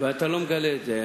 ואתה לא מגלה את זה.